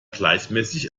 gleichmäßig